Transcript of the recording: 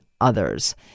others